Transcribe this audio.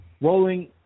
rolling